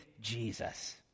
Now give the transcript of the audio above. Jesus